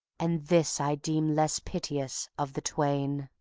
and this i deem less piteous, of the twain.